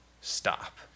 Stop